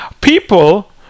People